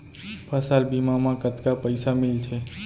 फसल बीमा म कतका पइसा मिलथे?